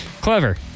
clever